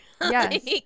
Yes